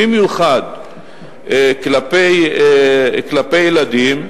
במיוחד כלפי ילדים,